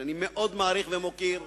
שאני מאוד מעריך ומוקיר,